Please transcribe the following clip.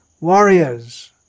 Warriors